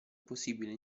possibile